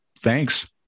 Thanks